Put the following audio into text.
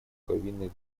повинных